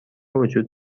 وجود